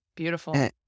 Beautiful